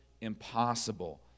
impossible